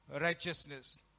righteousness